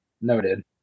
Noted